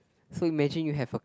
so imagine you have a